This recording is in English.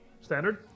Standard